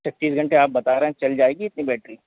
छत्तीस घंटे आप बता रहे हैं चल जाएगी इतनी बैटरी